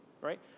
right